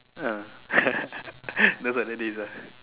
ah those were the days ah